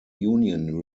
union